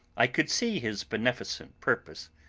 i could see his beneficent purpose,